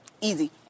easy